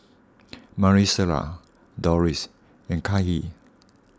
Maricela Dorris and Kahlil